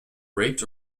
raped